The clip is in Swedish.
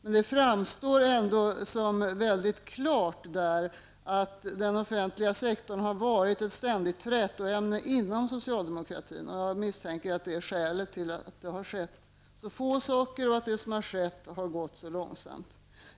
Men det framstår där ändå som mycket klart att den offentliga sektorn har varit ett ständigt trätoämne inom socialdemokratin. Jag misstänker att det är skälet till att det har skett så få saker och att det som har skett har gått så långsamt.